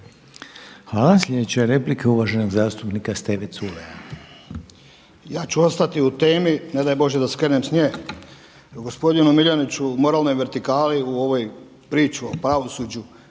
Hvala. Sljedeća je replika uvaženog zastupnika Steve Culeja. **Culej, Stevo (HDZ)** Ja ću ostati u temi, ne daj Bože da skrenem s nje. Gospodinu Miljaniću moralnoj vertikali u ovoj priči u pravosuđu,